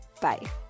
Bye